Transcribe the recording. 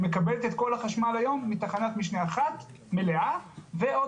ומקבלת את כל החשמל היום מתחנת משנה אחת מלאה ועוד